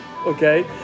okay